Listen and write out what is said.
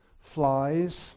flies